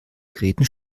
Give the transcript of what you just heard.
geräten